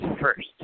first